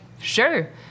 sure